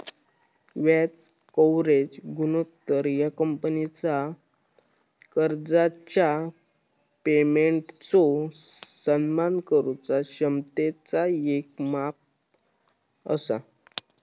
व्याज कव्हरेज गुणोत्तर ह्या कंपनीचा कर्जाच्या पेमेंटचो सन्मान करुचा क्षमतेचा येक माप असा